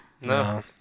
No